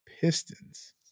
Pistons